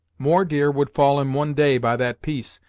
more deer would fall in one day, by that piece,